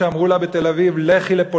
על אישה שאמרו לה בתל-אביב: לכי לפולניה,